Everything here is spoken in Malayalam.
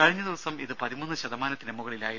കഴിഞ്ഞ ദിവസം ഇത് പതിമൂന്ന് ശതമാനത്തിന് മുകളിലായിരുന്നു